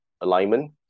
alignment